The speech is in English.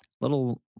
little